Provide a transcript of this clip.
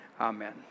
Amen